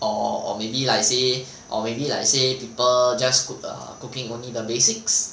or maybe like say or maybe like say people just cook err cooking only the basics